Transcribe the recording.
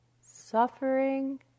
suffering